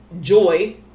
joy